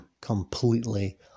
Completely